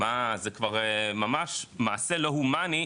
זה כבר ממש מעשה לא הומני,